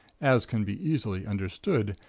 as can be easily understood,